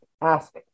ask